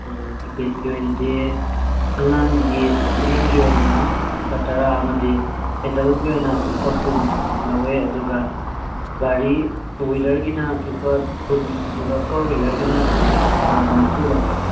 ꯎꯝ ꯇꯤꯀꯦꯠꯀꯤ ꯑꯣꯏꯅꯗꯤ ꯑꯉꯥꯡꯒꯤ ꯁ꯭ꯇꯨꯗꯦꯟꯒꯤ ꯑꯣꯏꯅ ꯂꯨꯞ ꯇꯔꯥ ꯑꯃꯗꯤ ꯑꯦꯗꯜꯒꯤ ꯑꯣꯏꯅ ꯂꯨꯄꯥ ꯀꯨꯟ ꯂꯧꯋꯦ ꯑꯗꯨꯒ ꯒꯥꯔꯤ ꯇꯨ ꯋꯤꯂꯔꯒꯤꯅ ꯂꯨꯄꯥ ꯀꯨꯟ ꯑꯗꯨꯒ ꯐꯣꯔ ꯋꯤꯂꯔꯒꯤꯅ ꯅꯤꯐꯨ ꯂꯧꯋꯦ